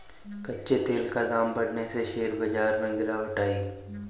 कच्चे तेल का दाम बढ़ने से शेयर बाजार में गिरावट आई